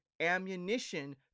ammunition